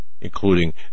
including